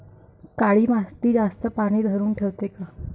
काळी माती जास्त पानी धरुन ठेवते का?